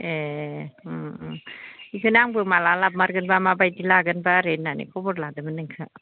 एह उम उम बिखौनो आंबो माला लामारगोनबा मा बायदि लागोन बा ओरै होन्नानै खबर लादोंमोन नोंखौ